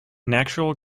natural